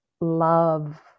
love